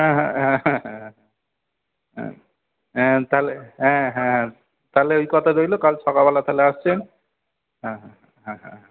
হ্যাঁ হ্যাঁ হ্যাঁ হ্যাঁ হ্যাঁ হ্যাঁ হ্যাঁ তালে হ্যাঁ হ্যাঁ তাহলে ওই কথা রইলো কাল সকালবেলা তাহলে আসছেন হ্যাঁ হ্যাঁ হ্যাঁ হ্যাঁ হ্যাঁ হ্যাঁ